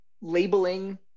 labeling